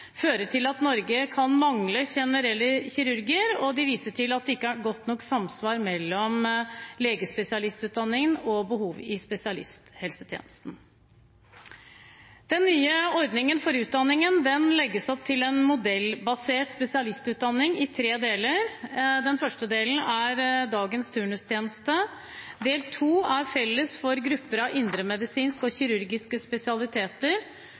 fører til at Norge kan mangle generelle kirurger, og de viser til at det ikke er godt nok samsvar mellom legespesialistutdanningen og behovene i spesialisthelsetjenesten. Den nye ordningen for utdanningen legger opp til en modulbasert spesialistutdanning i tre deler. Den første delen er dagens turnustjeneste. Del to er felles for grupper av indremedisinske og kirurgiske spesialiteter